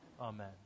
Amen